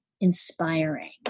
inspiring